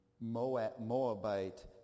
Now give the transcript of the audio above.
Moabite